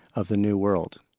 of the new world.